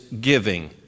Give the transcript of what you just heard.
giving